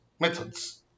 methods